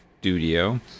studio